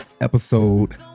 episode